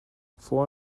four